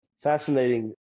fascinating